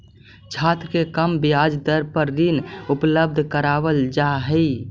छात्र के कम ब्याज दर पर ऋण उपलब्ध करावल जा हई